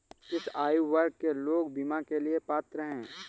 किस आयु वर्ग के लोग बीमा के लिए पात्र हैं?